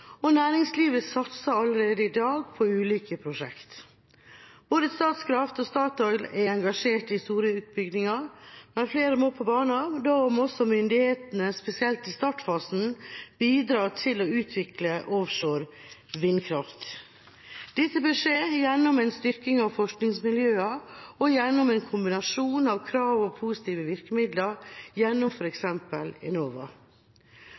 og næringslivet satser allerede i dag på ulike prosjekter. Både Statkraft og Statoil er engasjert i store utbygginger. Men flere må på banen. Da må også myndighetene, spesielt i startfasen, bidra til å utvikle offshore vindkraft. Dette bør skje gjennom en styrking av forskningsmiljøene og gjennom en kombinasjon av krav og positive virkemidler gjennom f.eks. Enova.